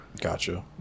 Gotcha